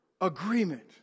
agreement